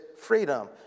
freedom